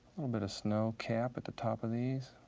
little bit of snow cap at the top of these.